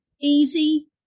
easy